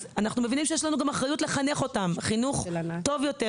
אנחנו מבינים שיש לנו אחריות גם לחנך אותם חינוך טוב יותר.